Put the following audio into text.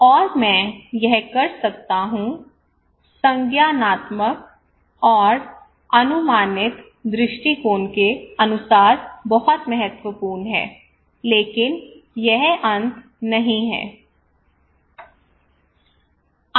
और मैं यह कर सकता हूं संज्ञानात्मक और अनुमानित दृष्टिकोण के अनुसार बहुत महत्वपूर्ण है लेकिन यह अंत नहीं है